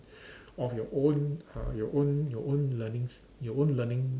of your own uh you own your own leaning your own learning